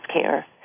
care